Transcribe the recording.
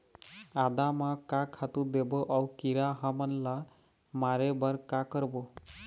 आदा म का खातू देबो अऊ कीरा हमन ला मारे बर का करबो?